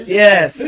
yes